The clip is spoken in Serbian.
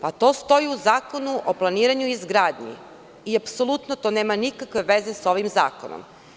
Pa, to stoji u Zakonu o planiranju i izgradnji i apsolutno to nema nikakve veze sa ovim zakonom.